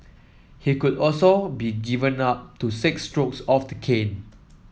he could also be given up to six strokes of the cane